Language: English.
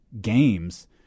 games